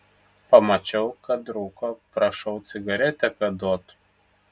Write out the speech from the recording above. pamačiau kad rūko prašau cigaretę kad duotų